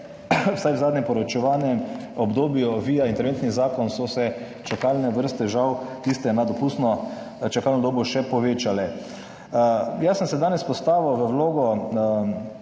vsaj v zadnjem poučevalnem obdobju, odvija interventni zakon, so se čakalne vrste, žal, tiste nad dopustno čakalno dobo še povečale. Jaz sem se danes postavil v vlogo